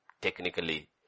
technically